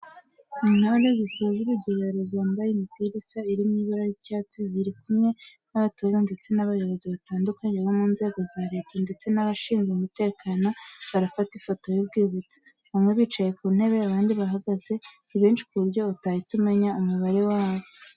Intore zisoje urugerero zambaye imipira isa iri mu ibara ry'icyatsi ziri kumwe n'abatoza ndetse n'abayobozi batandukanye bo mu nzego za leta ndetse n'abashinzwe umutekano barafata ifoto y'urwibutso, bamwe bicaye ku ntebe abandi bahagaze, ni benshi ku buryo utahita umenya umubare wabo.